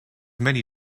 many